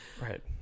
Right